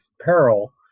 peril